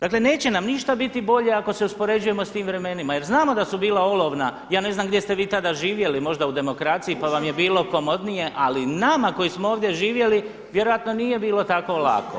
Dakle neće nam ništa biti bolje ako se uspoređujemo sa tim vremenima jer znamo da su bila olovna, ja ne znam gdje ste vi tada živjeli, možda u demokraciji pa vam je bilo komodnije ali nama koji smo ovdje živjeli vjerojatno nije bilo tako lako.